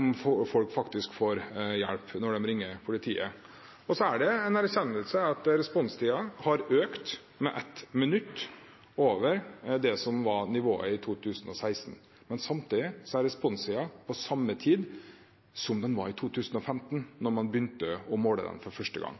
om folk faktisk får hjelp når de ringer politiet. Det er en erkjennelse at responstiden har økt med ett minutt over det som var nivået i 2016. Men samtidig er responstiden den samme som den var i 2015, da man begynte å måle den for første gang.